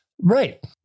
Right